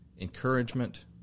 encouragement